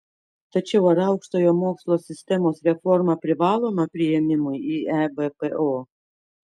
tačiau ar aukštojo mokslo sistemos reforma privaloma priėmimui į ebpo